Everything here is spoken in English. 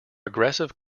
aggressive